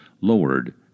lowered